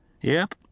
Yep